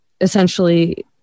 essentially